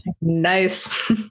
Nice